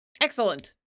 Excellent